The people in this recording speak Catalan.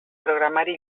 programari